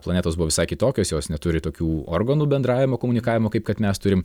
planetos buvo visai kitokios jos neturi tokių organų bendravimo komunikavimo kaip kad mes turim